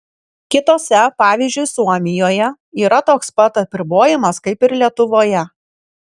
kitose pavyzdžiui suomijoje yra toks pat apribojimas kaip ir lietuvoje